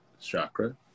chakra